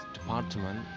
Department